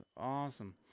awesome